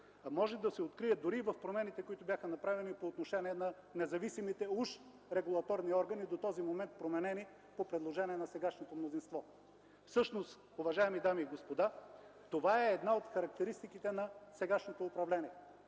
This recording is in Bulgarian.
може да се открие дори в промените, които бяха направени по отношение на независимите уж регулаторни органи, до този момент променени по предложение на сегашното мнозинство. Всъщност, уважаеми дами и господа, това е една от характеристиките на сегашното управление.